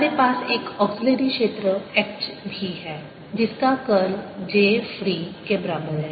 हमारे पास एक ऑक्सीलिरी क्षेत्र H भी है जिसका कर्ल j फ्री के बराबर है